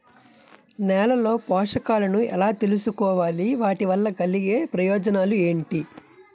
నేలలో పోషకాలను ఎలా తెలుసుకోవాలి? వాటి వల్ల కలిగే ప్రయోజనాలు ఏంటి?